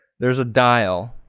there's a dial.